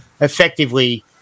effectively